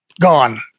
gone